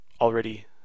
already